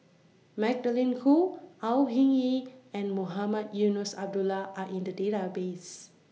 Magdalene Khoo Au Hing Yee and Mohamed Eunos Abdullah Are in The Database